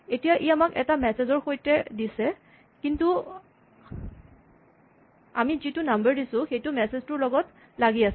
এতিয়া ই আমাক এটা মেছেজ ৰ সৈতে দিছে কিন্তু আমি যিটো নাম্বাৰ দিছোঁ সেইটো মেছেজ টোৰ লগতে লাগি আছে